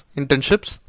internships